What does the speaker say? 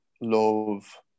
love